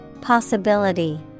Possibility